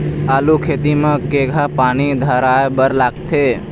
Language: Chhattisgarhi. आलू खेती म केघा पानी धराए बर लागथे?